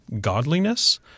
godliness